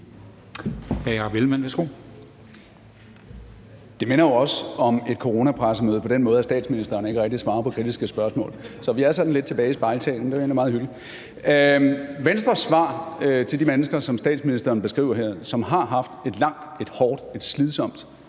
Det minder jo også om et coronapressemøde på den måde, at statsministeren ikke rigtig svarer på kritiske spørgsmål, så vi er sådan lidt tilbage i Spejlsalen. Det er jo egentlig meget hyggeligt. Venstres svar til de mennesker, som statsministeren beskriver her, som har haft et langt, hårdt og slidsomt